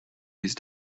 these